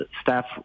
staff